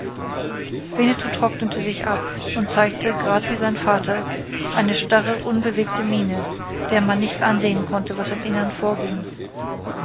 winnetou trocknete sich ab und zeigte grad wie sein vater eine starre unbewegte miene der man nicht ansehen konnte was im innern vorging